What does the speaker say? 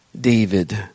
David